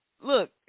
look